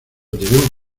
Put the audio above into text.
tenemos